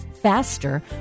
faster